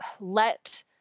let